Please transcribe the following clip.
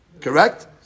correct